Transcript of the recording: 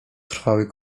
trwały